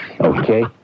Okay